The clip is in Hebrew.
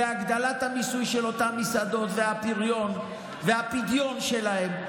בהגדלת המיסוי של אותן מסעדות והפריון והפדיון שלהן.